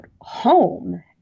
home